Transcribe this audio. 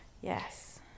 yes